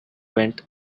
went